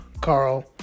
Carl